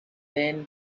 then